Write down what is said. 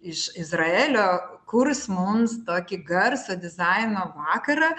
iš izraelio kurs mums tokį garso dizaino vakarą